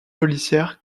policière